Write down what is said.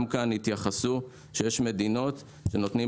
גם כאן התייחסו לכך שיש מדינות שנותנים